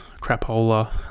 crapola